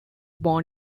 born